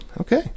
Okay